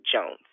Jones